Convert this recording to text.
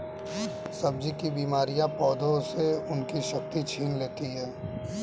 सब्जी की बीमारियां पौधों से उनकी शक्ति छीन लेती हैं